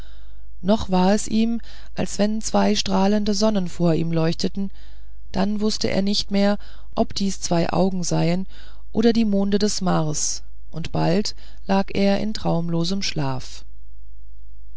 noch war es ihm als wenn zwei strahlende sonnen vor ihm leuchteten dann wußte er nicht mehr ob dies zwei augen seien oder die monde des mars und bald lag er in traumlosem schlaf